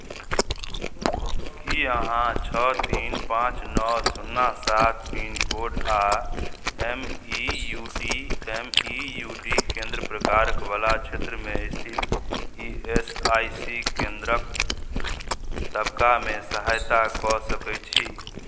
की अहाँ छओ तीन पाँच नओ शुन्ना सात पिनकोड आ M E U D M E U D केन्द्र प्रकारकवला क्षेत्रमे स्थित ई एस आई सी केन्द्रकेँ तकबामे सहायता कऽ सकैत छी